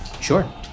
Sure